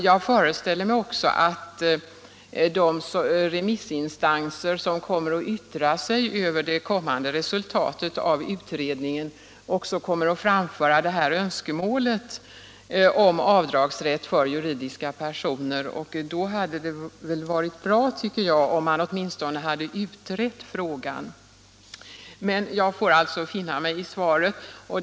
Jag föreställer mig dessutom att olika remissinstanser som får yttra sig över utredningsresultatet också kommer att framföra önskemål om avdragsrätt för juridiska personer. Därför hade det enligt min mening varit bra om man åtminstone hade utrett den frågan. Jag får alltså finna mig i budgetministerns svar.